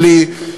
שלי,